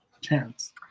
chance